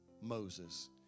Moses